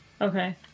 Okay